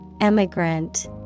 Emigrant